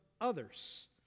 others